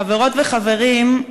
חברות וחברים,